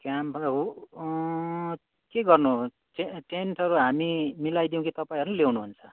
क्याम्पमा हो के गर्नु टेन्ट टेन्टहरू हामी मिलाइदिउँ कि तपाईँहरू ल्याउनुहुन्छ